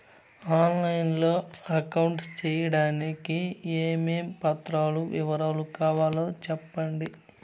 On line లో account సేయడానికి ఏమేమి పత్రాల వివరాలు కావాలో సెప్పండి?